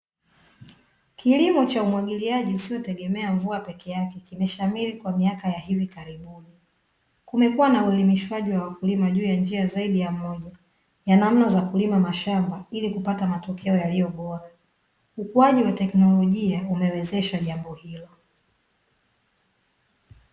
Kilimo cha umwagiliaji usiotegemea mvua peke yake kimeshamiri kwa miaka ya hivi karibuni. Kumekuwa na uelimishwaji wa wakulima juu ya njia zaidi ya moja, ya namna za kulima mashamba ilikupata matokeo yaliyo bora. Ukuaji wa teknolojia umewezesha jambo hilo.